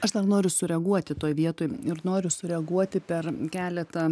aš dar noriu sureaguoti toj vietoj ir noriu sureaguoti per keletą